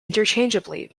interchangeably